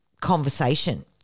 conversation